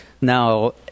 Now